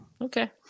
Okay